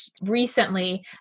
recently